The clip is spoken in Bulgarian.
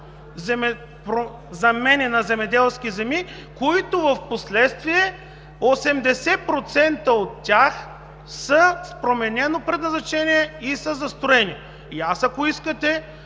замени на земеделски земи, като впоследствие 80% от тях са с променено предназначение и са застроени? И аз, ако искате,